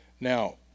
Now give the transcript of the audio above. Now